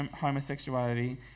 homosexuality